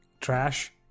trash